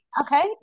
okay